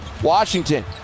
Washington